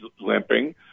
limping